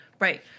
Right